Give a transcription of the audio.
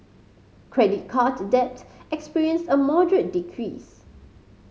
credit card debt experienced a moderate decrease